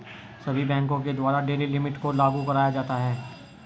सभी बैंकों के द्वारा डेली लिमिट को लागू कराया जाता है